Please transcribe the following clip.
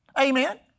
Amen